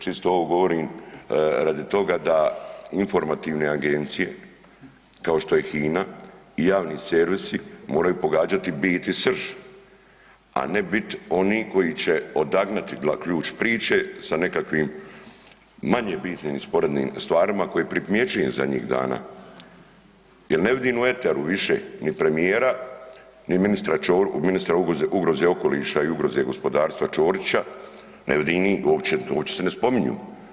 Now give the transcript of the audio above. Čisto ovo govorim radi toga da informativne agencije kao što je HINA i javni servisi moraju pogađati bit i srž, a ne biti oni koji će odagnati ključ priče sa nekakvim manje bitnim i sporednim stvarima koje primjećujem zadnjih dana jer ne vidim u eteru više ni premijera, ni ministra ugroze okoliša i ugroze gospodarstva Ćorića, ne vidim ih, uopće se ne spominju.